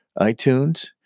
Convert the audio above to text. iTunes